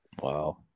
Wow